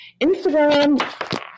Instagram